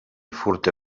furta